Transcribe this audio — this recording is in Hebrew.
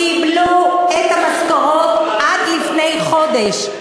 קיבלו את המשכורות עד לפני חודש,